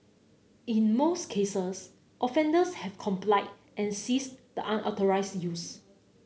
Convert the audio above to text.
in most cases offenders have complied and ceased the unauthorised use